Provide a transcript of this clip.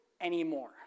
anymore